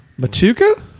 Matuka